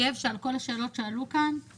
זה הגנות על הכסף של החוסכים.